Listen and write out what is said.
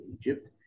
Egypt